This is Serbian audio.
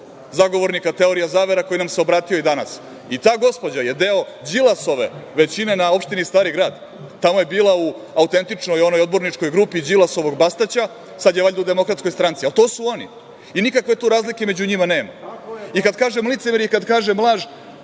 zagovornika teorija zavera koji nam se obratio i danas i ta gospođa je deo Đilasove većine na opštini Stari grad, tamo je bila u autentičnoj onoj odborničkoj grupi Đilasovog Bastaća, sad je valjda u Demokratskoj stranci. Ali, to su oni i nikakve tu razlike među njima nema.I kad kažem licemerje i kad kažem laž